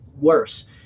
worse